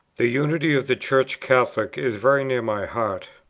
the unity of the church catholic is very near my heart,